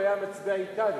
הוא היה מצביע אתנו.